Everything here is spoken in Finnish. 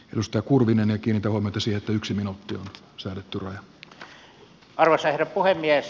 nostokurkineenäkin että omat asiat yksin en oppinut syönyt ture arvoisa herra puhemies